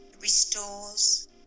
restores